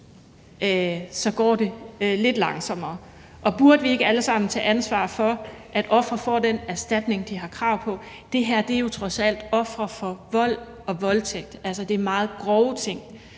så går lidt langsommere? Og burde vi ikke alle sammen tage ansvar for, at ofre får den erstatning, de har krav på? Det her er jo trods alt ofre for vold og voldtægt. Altså, det er meget grove ting,